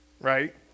Right